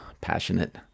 passionate